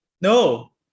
No